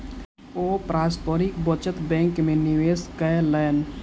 ओ पारस्परिक बचत बैंक में निवेश कयलैन